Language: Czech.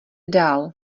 dál